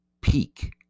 peak